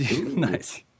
Nice